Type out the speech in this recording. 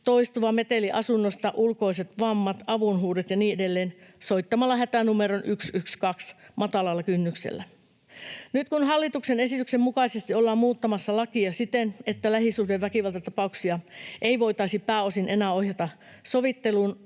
toistuva meteli asunnosta, ulkoiset vammat, avunhuudot ja niin edelleen — soittamalla hätänumeroon 112 matalalla kynnyksellä. Nyt kun hallituksen esityksen mukaisesti ollaan muuttamassa lakia siten, että lähisuhdeväkivaltatapauksia ei voitaisi pääosin enää ohjata sovitteluun,